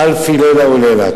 "אלפי לילה ולילה".